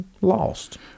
lost